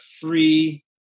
free